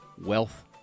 Wealth